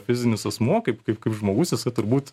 fizinis asmuo kaip kaip žmogus jisai turbūt